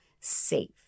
safe